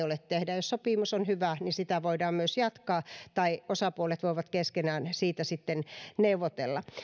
ole tehdä jos sopimus on hyvä niin sitä voidaan myös jatkaa tai osapuolet voivat keskenään siitä sitten neuvotella